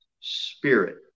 spirit